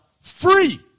free